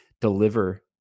deliver